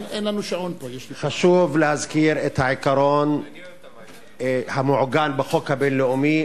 חשוב להזכיר את העיקרון המעוגן בחוק הבין-לאומי,